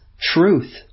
Truth